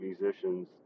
musicians